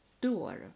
door